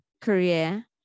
career